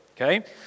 okay